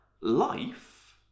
life